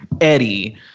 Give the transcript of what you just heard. Eddie